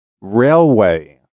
railway